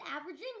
averaging